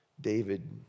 David